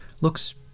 looks